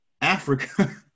Africa